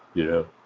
you know,